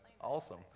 awesome